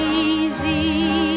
easy